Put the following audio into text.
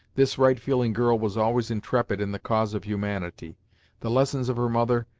this right-feeling girl was always intrepid in the cause of humanity the lessons of her mother,